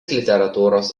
literatūros